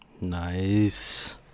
Nice